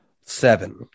Seven